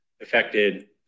affected